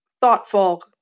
thoughtful